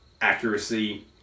accuracy